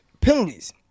penalties